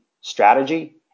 strategy